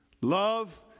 Love